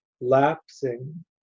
lapsing